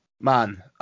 man